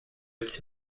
its